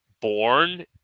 born